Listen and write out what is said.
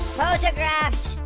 photographed